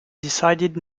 decided